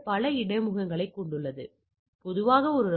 நான் ஐ கணக்கிடும்போது நான் 3